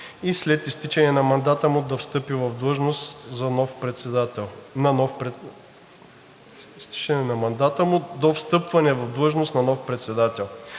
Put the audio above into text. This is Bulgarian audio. и след изтичането на мандата му до встъпване в длъжност на нов председател.